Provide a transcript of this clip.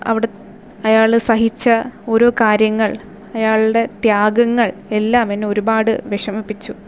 അവിടുന്ന് അയാൾ സഹിച്ച ഓരോ കാര്യങ്ങൾ അയാളുടെ ത്യാഗങ്ങൾ എല്ലാം എന്നെ ഒരുപാട് വിഷമിപ്പിച്ചു